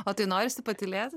o tai norisi patylėt